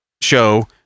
show